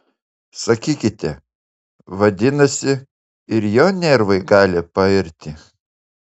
sakykite vadinasi ir jo nervai gali pairti